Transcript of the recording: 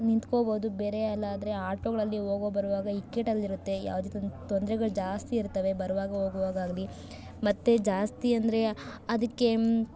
ನಿಂತ್ಕೋಬೌದು ಬೇರೆಯಲ್ಲಾದರೆ ಆಟೋಗಳಲ್ಲಿ ಹೋಗೋ ಬರುವಾಗ ಇಕ್ಕಟ್ಟಲ್ಲಿರುತ್ತೆ ಯಾವುದೇ ತೊಂದ್ರೆಗಳು ಜಾಸ್ತಿ ಇರ್ತವೆ ಬರುವಾಗ ಹೋಗುವಾಗಾಗ್ಲಿ ಮತ್ತು ಜಾಸ್ತಿ ಅಂದರೆ ಅದಕ್ಕೆ